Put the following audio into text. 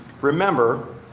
Remember